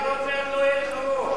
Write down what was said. כבוד השר,